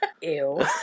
Ew